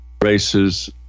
races